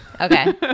Okay